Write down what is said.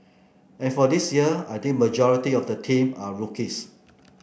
and for this year I think majority of the team are rookies